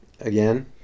Again